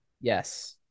Yes